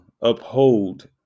uphold